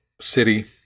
city